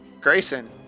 Grayson